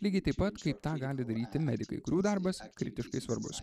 lygiai taip pat kaip tą gali daryti medikai kurių darbas kritiškai svarbus